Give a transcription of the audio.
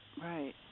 Right